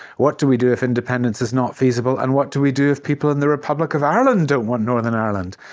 what do we do if independence is not feasible? and what do we do if people in the republic of ireland don't want northern ireland?